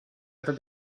ever